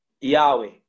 Yahweh